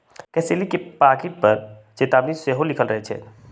कसेली के पाकिट पर चेतावनी सेहो लिखल रहइ छै